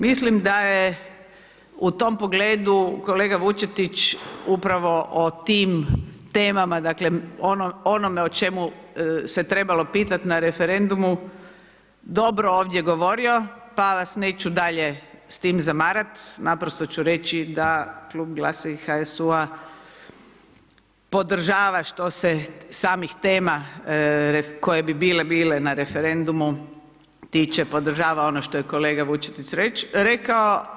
Mislim da je u tom pogledu kolega Vučetić upravo o tim temama, dakle onome o čemu se trebalo pitati na referendumu dobro ovdje govorio pa vas neću dalje s time zamarati, naprosto ću reći da klub GLAS-a i HSU-a podržava što se samih tema koje bi bile na referendumu tiče, podržava ono što je kolega Vučetić rekao.